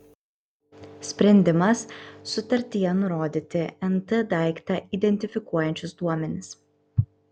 sprendimas sutartyje nurodyti nt daiktą identifikuojančius duomenis